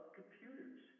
computers